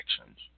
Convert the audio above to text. actions